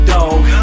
Dog